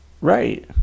Right